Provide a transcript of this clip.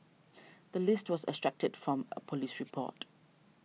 the list was extracted from a police report